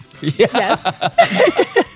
Yes